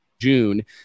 June